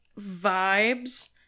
vibes